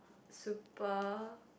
super